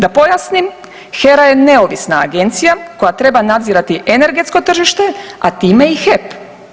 Da pojasnim HERA je neovisna agencija koja treba nadzirati energetsko tržište, a time i HEP.